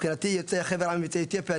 יוצאי חבר העמים ויוצאי אתיופיה,